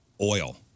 oil